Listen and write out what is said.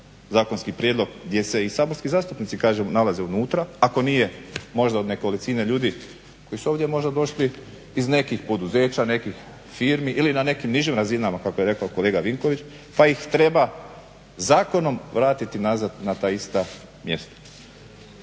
zakonski prijedlog, gdje se i saborski zastupnici kažem, nalaze unutra ako nije možda od nekolicine ljudi koji su ovdje možda došli iz nekih poduzeća, nekih firmi ili na nekim nižim razinama kako je rekao kolega Vinković pa ih treba zakonom vratiti nazad na ta ista mjesta.